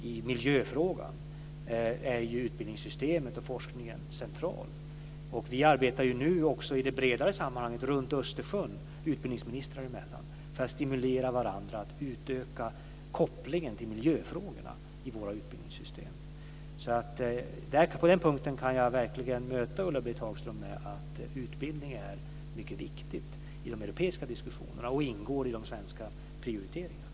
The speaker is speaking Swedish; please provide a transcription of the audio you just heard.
I miljöfrågan är ju utbildningssystemet och forskningen centrala. Vi arbetar nu också i det bredare sammanhanget runt Östersjön, utbildningsministrar emellan, för att stimulera varandra att utöka kopplingen till miljöfrågorna i våra utbildningssystem. På den punkten kan jag verkligen möta Ulla-Britt Hagström med att utbildning är mycket viktigt i de europeiska diskussionerna och ingår i de svenska prioriteringarna.